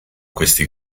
questi